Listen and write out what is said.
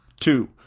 Two